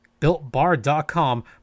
BuiltBar.com